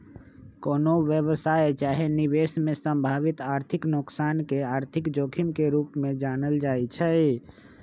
कोनो व्यवसाय चाहे निवेश में संभावित आर्थिक नोकसान के आर्थिक जोखिम के रूप में जानल जाइ छइ